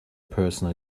person